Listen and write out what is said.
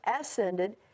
ascended